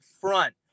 front